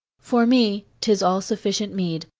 for me tis all sufficient meed,